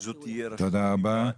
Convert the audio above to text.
תודה רבה.